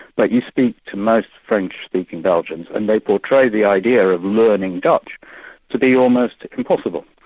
but you speak to most french-speaking belgians and they portray the idea of learning dutch to be almost impossible.